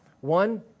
One